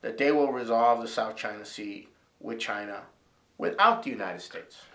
that they will resolve the south china sea which china without united states